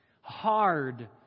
Hard